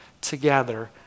together